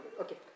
Okay